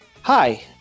Hi